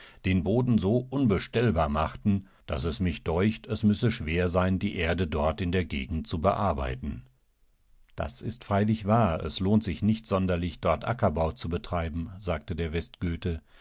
den boden so unbestellbar machten daß es mich deucht es müsseschwersein dieerdedortindergegendzubearbeiten das ist freilich wahr es lohnt sich nicht sonderlich dort ackerbau zu betreiben sagte der